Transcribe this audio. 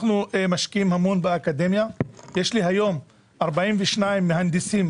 אנחנו משקיעים המון באקדמיה ויש היום 42 מהנדסים,